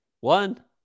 One